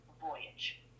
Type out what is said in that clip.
voyage